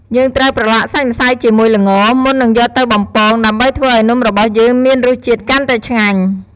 យើងត្រូវប្រឡាក់សាច់ម្សៅជាមួយល្ង មុននឹងយកទៅបំពង ដើម្បីធ្វើឲ្យនំរបស់យើងមានរសជាតិកាន់តែឆ្ងាញ់។